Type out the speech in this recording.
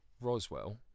Roswell